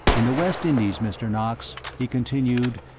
in the west indies, mr. knox, he continued,